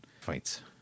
fights